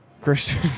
Christian